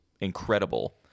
incredible